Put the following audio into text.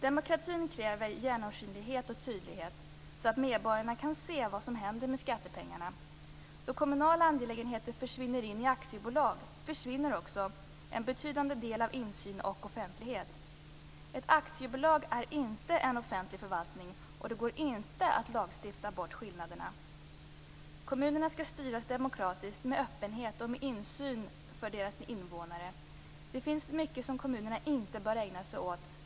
Demokratin kräver genomskinlighet och tydlighet, så att medborgarna kan se vad som händer med skattepengarna. Då kommunala angelägenheter försvinner in i aktiebolag försvinner också en betydande del av insyn och offentlighet. Ett aktiebolag är inte en offentlig förvaltning, och det går inte att lagstifta bort skillnaderna. Kommunerna skall styras demokratiskt med öppenhet och med insyn för dess invånare. Det finns mycket som kommunerna inte bör ägna sig åt.